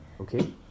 Okay